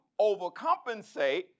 overcompensate